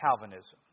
Calvinism